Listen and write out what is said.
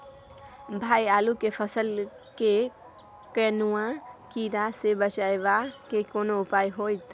भाई आलू के फसल के कौनुआ कीरा से बचाबै के केना उपाय हैयत?